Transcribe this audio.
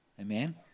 Amen